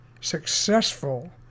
successful